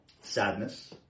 sadness